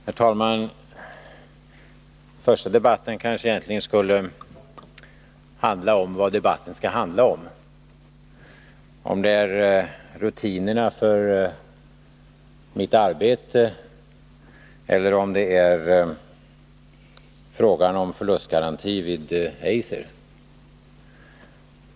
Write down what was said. Herr talman! Först skulle vi kanske föra en debatt om vad debatten skall handla om — rutinerna för mitt arbete eller frågan om förlustgarantin för Eiser.